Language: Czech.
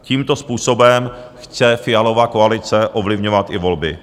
Tímto způsobem chce Fialova koalice ovlivňovat i volby.